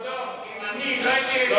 לא, אדוני, אני מצטער.